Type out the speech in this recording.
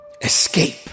escape